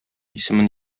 исемен